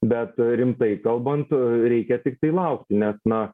bet rimtai kalbant reikia tiktai laukti nes na